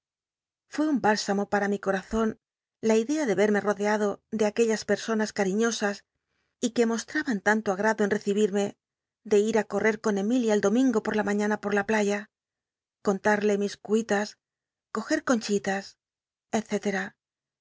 fué un bálsamo para mi corazon la idea de verme rodcado de aquellas personas cariñosas y que mostraban tanto agrado en recibüme de ir á correr con emilia el domingo por la mañana por la playa contarle mis cuitas coger conchitas